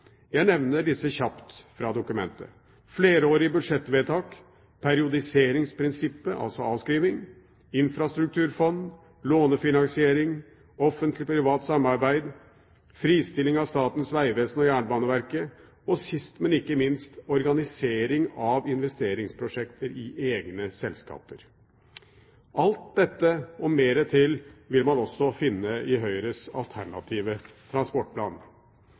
Jeg nevner disse kjapt fra dokumentet: flerårig budsjettvedtak, periodiseringsprinsippet, altså avskrivning, infrastrukturfond, lånefinansiering, Offentlig Privat Samarbeid, fristilling av Statens vegvesen og Jernbaneverket, og sist, men ikke minst, organisering av investeringsprosjekter i egne selskaper. Alt dette, og mer til, vil man også finne i Høyres alternative transportplan.